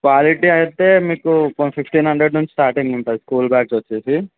quality అయితే మీకు fifteen hundred నుంచి స్టార్టింగ్ ఉంటుంది స్కూల్ బ్యాగ్స్ వచ్చేసి